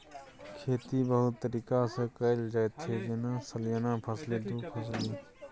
खेती बहुतो तरीका सँ कएल जाइत छै जेना सलियाना फसली, दु फसली